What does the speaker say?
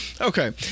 Okay